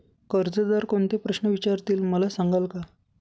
कर्जदार कोणते प्रश्न विचारतील, मला सांगाल का?